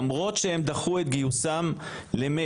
למרות שהם דחו את גיוסם למרץ,